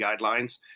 guidelines